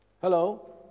Hello